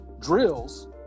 drills